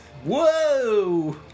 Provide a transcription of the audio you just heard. Whoa